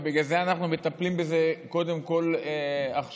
ובגלל זה אנחנו מטפלים בזה קודם כול עכשיו,